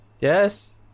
Yes